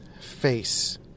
face